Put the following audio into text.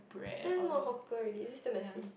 that is not hawker already is this damn messy